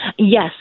Yes